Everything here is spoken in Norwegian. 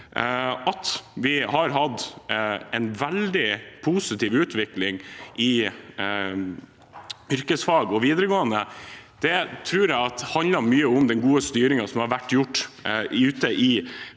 At vi har hatt en veldig positiv utvikling i yrkesfag og videregående, tror jeg handler mye om den gode styringen som har vært ute i